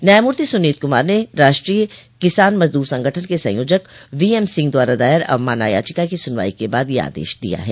न्यायमूर्ति सुनीत कुमार ने राष्ट्रीय किसान मजदूर संगठन के संयोजक वीएम सिंह द्वारा दायर अवमानना याचिका की सुनवाई के बाद यह आदेश दिया है